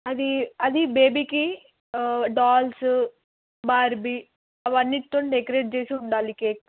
అది అది బేబీకి డాల్స్ బార్బీ అవన్నీతో డెకరేట్ చేసి ఉండాలి కేక్